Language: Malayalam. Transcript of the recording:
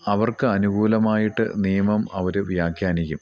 അവർക്ക് അനുകൂലമായിട്ട് നിയമം അവർ വ്യാഖ്യാനിക്കും